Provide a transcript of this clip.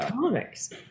comics